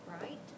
right